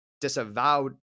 disavowed